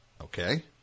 okay